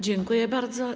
Dziękuję bardzo.